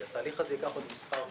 התהליך הזה ייקח עוד מספר חודשים.